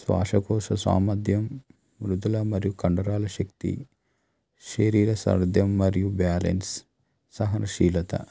శ్వాసకోశ సామర్థ్యం మృతుల మరియు కండరాల శక్తి శరీర సారధ్యం మరియు బ్యాలెన్స్ సహనశీలత